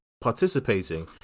participating